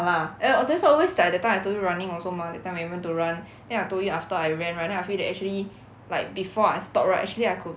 ya lah that's why I always 讲 that time I told you running also mah that time we went to run then I told you after I ran right then I feel that actually like before I stop right actually I could